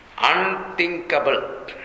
unthinkable